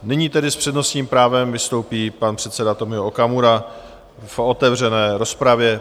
Nyní tedy s přednostním právem vystoupí pan předseda Tomio Okamura v otevřené rozpravě.